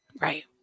right